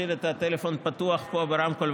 ואשאיר את הטלפון פתוח פה ברמקול,